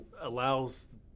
allows